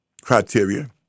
criteria